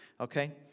Okay